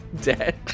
dead